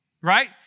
right